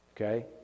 Okay